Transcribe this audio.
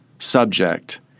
Subject